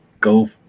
go